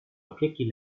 opieki